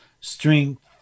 strength